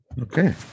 Okay